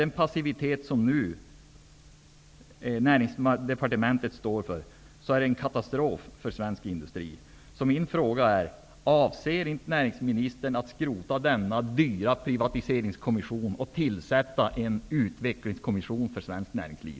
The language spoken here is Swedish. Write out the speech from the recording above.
Den passivitet som Näringsdepartementet nu står för är en katastrof för svensk industri. Min fråga blir: Avser inte näringsministern att skrota den dyra Privatiseringskommissionen och att i stället tillsätta en utvecklingskommission för svenskt näringsliv?